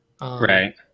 right